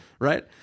Right